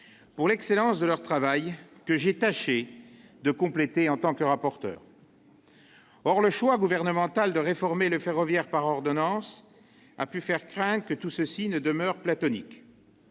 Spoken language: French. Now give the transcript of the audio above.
pour l'excellence de leur travail, que j'ai tâché de compléter en tant que rapporteur. Le choix gouvernemental de réformer le ferroviaire par ordonnances a pu faire craindre que tout cela ne demeure platonique.